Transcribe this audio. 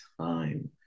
time